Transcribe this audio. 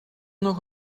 nog